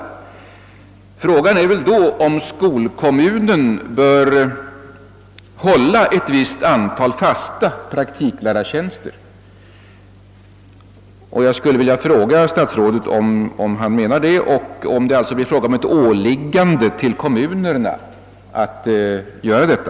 Frågan är då om skolkommunen bör hålla ett visst antal fasta praktiklärartjänster. Jag skulle vilja fråga statsrådet om han menar det och om det alltså blir ett åläggande för kommunerna att göra detta.